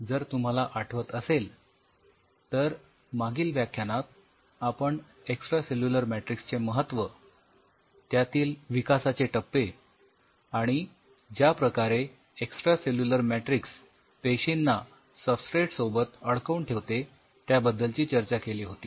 जर तुम्हाला आठवत असेल तर मागील व्याख्यानात आपण एक्सट्रासेल्युलर मॅट्रिक्सचे महत्व त्यातील विकासाचे टप्पे आणि ज्या प्रकारे एक्सट्रासेल्युलर मॅट्रिक्स पेशींना सबस्ट्रेट सोबत अडकवून ठेवते त्याबद्दल चर्चा केली होती